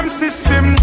system